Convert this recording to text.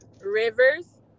Rivers